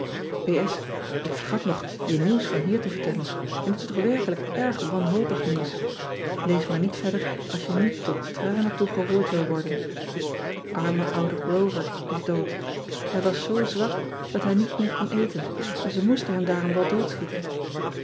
k vergat nog je nieuws van hier te vertellen n het is toch werkelijk erg wanhopig nieuws ees maar niet verder als je niet tot tranen toe geroerd wilt worden rme oude rover is dood ij was zoo zwak dat hij niet meet kon eten en ze moesten hem daarom wel